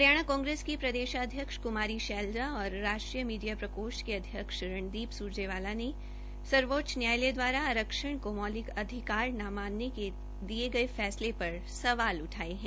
हरियाणा कांग्रेस के प्रदेशाध्यक्ष कुमारी शैलजा और राष्ट्रीय मीडिया प्रकोष्ठ के अध्यक्ष रणदीप सुरजेवाला ने सर्वोच्च न्यायालय द्वारा आरक्षण को मौलिक अधिकार न मानने के दिये गये फैसले पर सवाल उठाये है